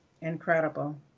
Incredible